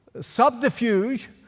subterfuge